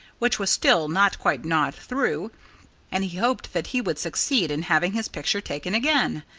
which was still not quite gnawed through and he hoped that he would succeed in having his picture taken again.